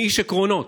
אני איש עקרונות.